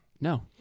No